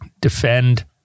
defend